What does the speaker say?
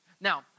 Now